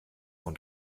und